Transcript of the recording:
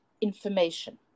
information